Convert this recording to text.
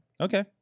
Okay